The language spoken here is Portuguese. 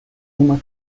uma